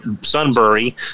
Sunbury